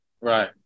Right